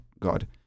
God